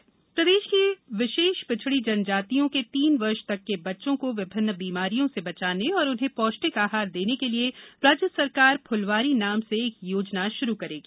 फुलवारी प्रदेश की विशेष पिछड़ी जनजातियों के तीन वर्ष तक के बच्चों को विभिन्न बीमारियों से बचाने और उन्हें पौष्टिक आहार देने के लिए राज्य सरकार फुलवारी नाम से एक योजना शुरू करेगी